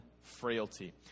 frailty